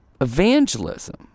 evangelism